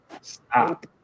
stop